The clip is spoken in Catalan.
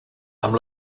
amb